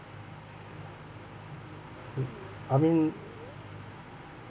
mm I mean